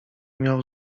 miał